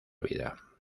vida